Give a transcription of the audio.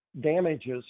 damages